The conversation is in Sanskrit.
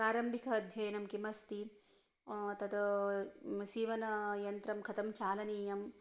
प्रारम्भिक अध्ययनं किमस्ति तत् सीवनयन्त्रं कथं चालनीयम्